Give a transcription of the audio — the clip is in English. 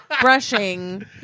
brushing